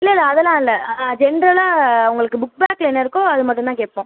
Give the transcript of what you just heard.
இல்லைல்ல அதெல்லாம் இல்லை ஆ ஆ ஜென்ரலாக உங்களுக்கு புக்பேக்கில் என்ன இருக்கோ அது மட்டும்தான் கேட்போம்